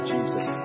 Jesus